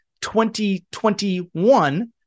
2021